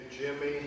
Jimmy